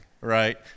right